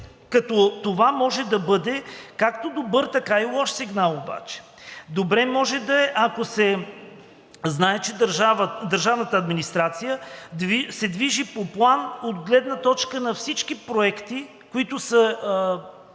като това може да бъде както добър, така и лош сигнал обаче. Добре може да е, ако се знае, че държавната администрация се движи по план от гледна точка на всички проекти, които са